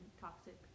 toxic